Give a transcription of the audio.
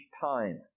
times